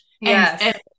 Yes